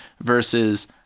versus